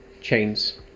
chains